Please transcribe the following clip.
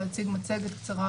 להציג מצגת קצרה,